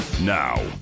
Now